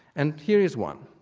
and here is one.